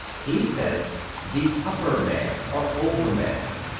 he says the upper man, or over man,